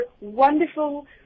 wonderful